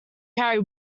carry